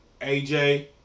AJ